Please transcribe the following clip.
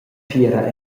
fiera